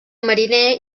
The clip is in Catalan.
mariner